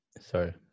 Sorry